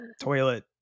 toilet